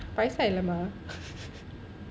வயசாய்டும் ம:vayasaaidum mah